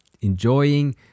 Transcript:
enjoying